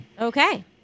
Okay